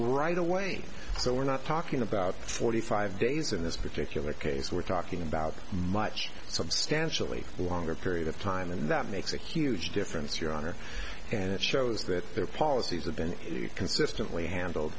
right away so we're not talking about forty five days in this particular case we're talking about much substantially longer period of time and that makes a huge difference your honor and it shows that their policies have been consistently handled